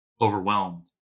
overwhelmed